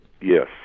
Yes